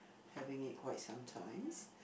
having for quite sometimes